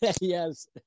yes